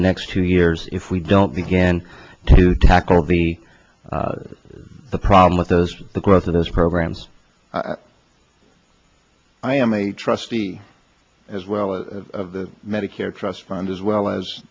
the next two years if we don't begin to tackle the the problem of those the growth of those programs i am a trustee as well as the medicare trust fund as well as